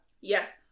yes